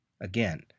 Again